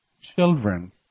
children